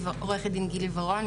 עו"ד גילי ורון,